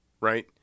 right